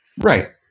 Right